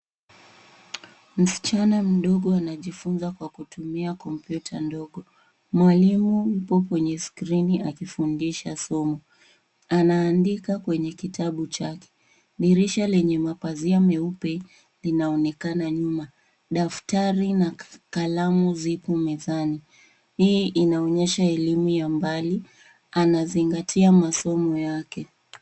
Msichana mdogo anajifunza kwa kutumia kompyuta ndogo. Mwalimu yuko kwenye skrini akifundisha somo. Anaandika kwenye kitabu chake. Dirisha lenye mapazia meupe linaonekana nyuma. Daftari na kalamu zipo mezani. Hii inaonyesha elimu ya mbali. Anazingatia masomo yake.